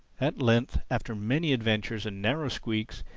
at length, after many adventures and narrow squeaks,